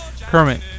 Kermit